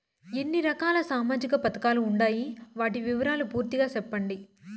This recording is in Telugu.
ఎన్ని రకాల సామాజిక పథకాలు ఉండాయి? వాటి వివరాలు పూర్తిగా సెప్పండి?